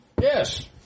Yes